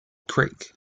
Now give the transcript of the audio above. creek